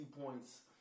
points